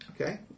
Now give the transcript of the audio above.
Okay